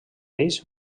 ells